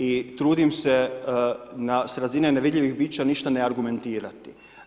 I trudim s razine nevidljivih bića ništa ne argumentirati.